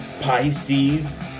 Pisces